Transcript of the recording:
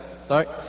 Start